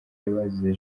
y’abazize